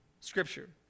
Scripture